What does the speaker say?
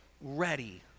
ready